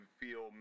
feel